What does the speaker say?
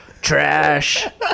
trash